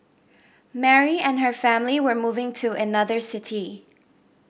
Mary and her family were moving to another city